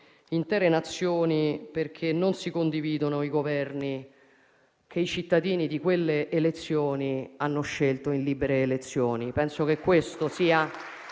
intere Nazioni perché non si condividono i Governi che i cittadini di quelle Nazioni hanno scelto in libere elezioni. Penso che questo sia